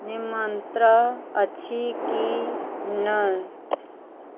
निमंत्रण अछि कि नहि